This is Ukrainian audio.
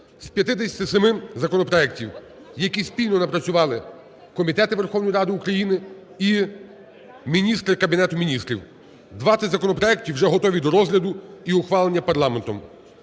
з 57 законопроектів, які спільно напрацювали комітети Верховної Ради України і міністри Кабінету Міністрів. 20 законопроектів вже готові до розгляду і ухвалення парламентом.